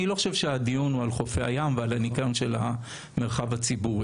אני לא חושב שהדיון הוא על חופי הים והניקיון של המרחב הציבורי.